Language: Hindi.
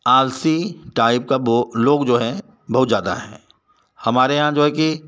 आलसी टाइप का बो लोग जो हैं बहुत ज़्यादा हैं हमारे यहाँ जो है कि